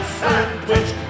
sandwich